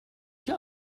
dir